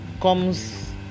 comes